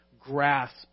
grasp